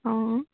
অঁ